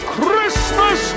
Christmas